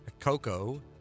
Coco